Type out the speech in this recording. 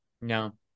No